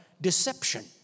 deception